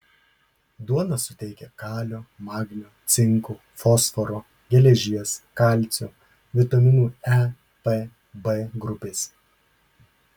duona suteikia kalio magnio cinko fosforo geležies kalcio vitaminų e p b grupės